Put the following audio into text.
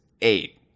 eight